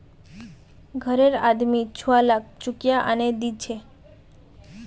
घररे आदमी छुवालाक चुकिया आनेय दीछे